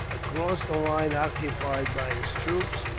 across the line occupied by his troops,